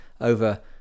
over